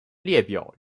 列表